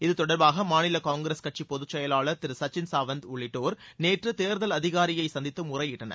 இது தொடர்பாக மாநில காங்கிரஸ் கட்சி பொதுச் செயலாளர் திரு சச்சின் சாவந்த் உள்ளிட்டோர் நேற்று தேர்தல் அதிகாரியை சந்தித்து முறையிட்டனர்